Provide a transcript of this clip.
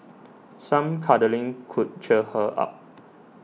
some cuddling could cheer her up